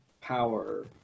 power